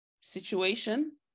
situation